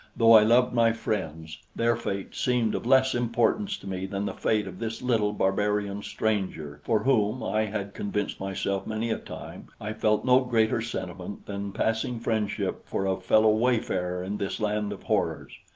though i loved my friends, their fate seemed of less importance to me than the fate of this little barbarian stranger for whom, i had convinced myself many a time, i felt no greater sentiment than passing friendship for a fellow-wayfarer in this land of horrors.